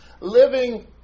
living